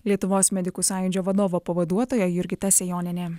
lietuvos medikų sąjūdžio vadovo pavaduotoja jurgita sejonienė